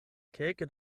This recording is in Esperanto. kelke